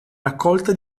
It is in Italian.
raccolta